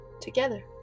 together